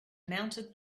mounted